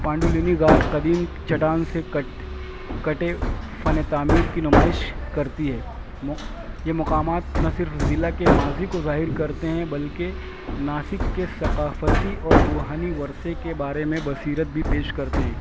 پانڈو لینی غار قدیم چٹان سے کٹ کٹے فن تعمیر کی نمائش کرتی ہے یہ مقامات نہ صرف ضلع کے ماضی کو ظاہر کرتے ہیں بلکہ ناسک کے ثقافتی اور روحانی ورثے کے بارے میں بصیرت بھی پیش کرتے ہیں